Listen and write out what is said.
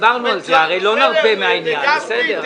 דיברנו על זה, הרי לא נרפה מהעניין, בסדר.